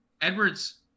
Edwards